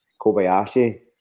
Kobayashi